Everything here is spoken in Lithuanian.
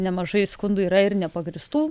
nemažai skundų yra ir nepagrįstų